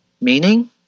meaning